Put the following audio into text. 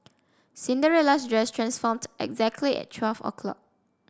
Cinderella's dress transformed exactly at twelve o'clock